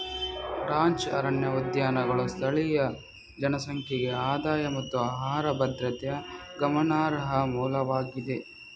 ranch ಅರಣ್ಯ ಉದ್ಯಾನಗಳು ಸ್ಥಳೀಯ ಜನಸಂಖ್ಯೆಗೆ ಆದಾಯ ಮತ್ತು ಆಹಾರ ಭದ್ರತೆಯ ಗಮನಾರ್ಹ ಮೂಲವಾಗಿದೆ